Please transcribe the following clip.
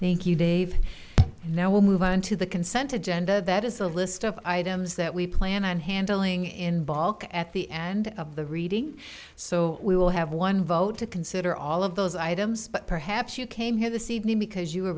thank you dave now we'll move onto the consented and that is the list of items that we plan on handling in balk at the end of the reading so we will have one vote to consider all of those items but perhaps you came here this evening because you